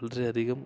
വളരെ അധികം